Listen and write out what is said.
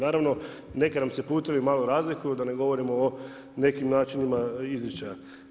Naravno neki nam se putovi malo razlikuju da ne govorimo o nekim načinima izričaja.